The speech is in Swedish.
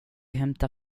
hämtar